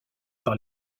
par